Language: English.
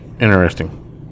Interesting